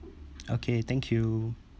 okay thank you